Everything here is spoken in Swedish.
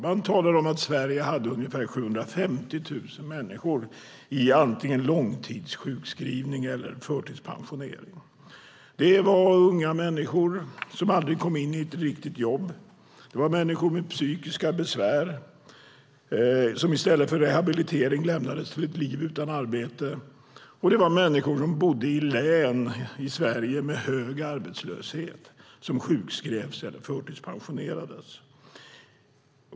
Man talar om att Sverige hade ungefär 750 000 människor i långtidssjukskrivning eller förtidspensionering. Det var unga människor som aldrig kom in i ett riktigt jobb, det var människor med psykiska besvär som i stället för att få rehabilitering lämnades till ett liv utan arbete, och det var människor som bodde i län i Sverige med hög arbetslöshet som sjukskrevs eller förtidspensionerades.